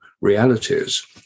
realities